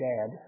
Dad